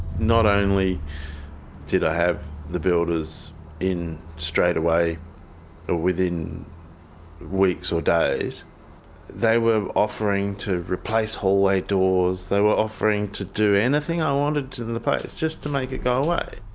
not only did i have the builders in straight away ah within weeks or days they were offering to replace hallway doors, they were offering to do anything i wanted to the the place, just to make it go away.